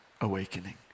awakening